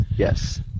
Yes